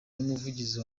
n’umuvugizi